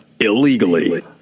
illegally